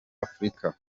afurika